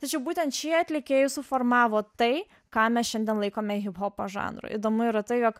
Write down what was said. tačiau būtent šie atlikėjai suformavo tai ką mes šiandien laikome hiphopo žanru įdomu yra ta jog